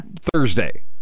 Thursday